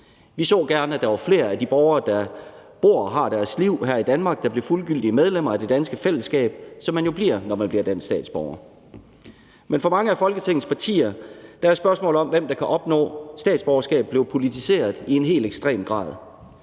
Vi så gerne, at der var flere af de borgere, der bor og har deres liv her i Danmark, der blev fuldgyldige medlemmer af det danske fællesskab, som man jo bliver, når man bliver dansk statsborger. Men for mange af Folketingets partier er spørgsmålet om, hvem der kan opnå statsborgerskab, blevet politiseret i en helt ekstrem grad.